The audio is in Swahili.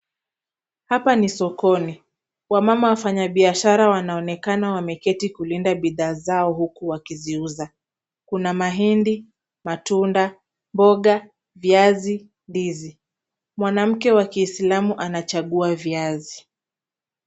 Hapa ni sokoni, wamama wafanyibiashara wanaonekana wameketi kulinda bidhaa zao huku wakiziuza. Kuna mahindi, matunda, mboga, viazi, ndizi. Mwanamke wa kiislamu anachagua viazi.